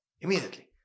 Immediately